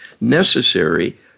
necessary